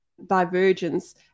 divergence